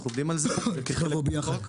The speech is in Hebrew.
אנחנו עובדים על זה --- יבוא ביחד?